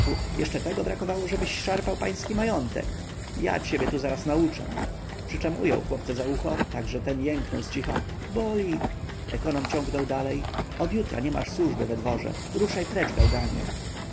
jeszcze tego brakowało żebyś szarpał pański majątek ja ciebie tu zaraz nauczę przyczem ujął chłopca za ucho tak że ten jęknął zcicha boli ekonom ciągnął dalej od jutra nie masz służby we dworze ruszaj precz gałganie